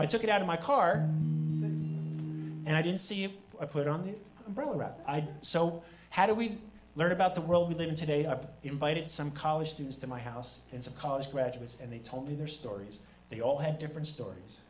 i took it out of my car and i didn't see it put on the road so how do we learn about the world we live in today i've invited some college students to my house and some college graduates and they told me their stories they all had different stories